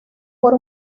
por